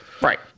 Right